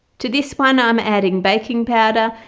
to this one i'm adding baking powder,